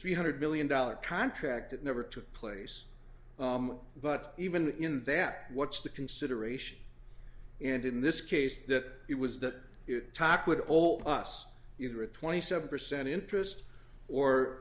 three hundred million dollar contract it never took place but even in that what's the consideration and in this case that it was that top would hold us either at twenty seven percent interest or